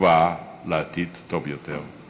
תקווה לעתיד טוב יותר,